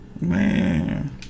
Man